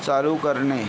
चालू करणे